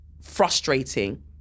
frustrating